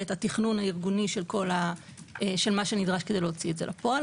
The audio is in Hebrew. את התכנון הארגוני של מה שנדרש כדי להוציא את זה לפועל.